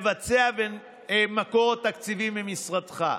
והמקור התקציבי ממשרדך.